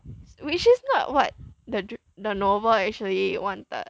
which is not what the dr~ the novel actually wanted